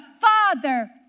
father